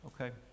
Okay